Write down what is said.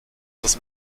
das